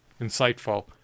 insightful